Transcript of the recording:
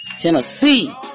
Tennessee